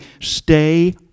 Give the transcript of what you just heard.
Stay